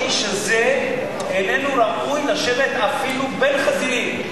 האיש הזה איננו ראוי לשבת אפילו בין חזירים.